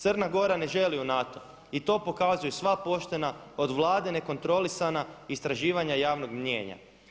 Crna Gora ne želi u NATO i to pokazuju sva poštena od vlade nekontrolisana istraživanja javnog mijenja.